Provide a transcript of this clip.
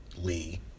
Lee